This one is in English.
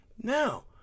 now